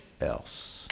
else